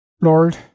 lord